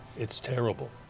it's terrible.